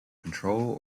control